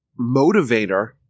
motivator